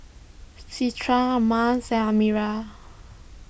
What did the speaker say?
Citra Mas and Amirah